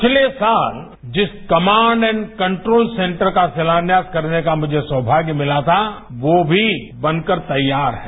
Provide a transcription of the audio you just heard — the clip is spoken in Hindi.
पिछले साल जिस कमांड एंड कंट्रोल सेंटर का शिलान्यास करने का मुझे सौमाग्य मिला था वो भी बनकर तैयार है